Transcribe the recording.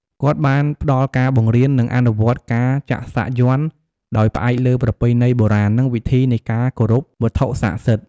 គាត់បានផ្តល់ការបង្រៀន និងអនុវត្តការចាក់សាក់យ័ន្តដោយផ្អែកលើប្រពៃណីបុរាណ និងវិធីនៃការគោរពវត្ថុសក្តិសិទ្ធ។